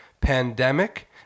Pandemic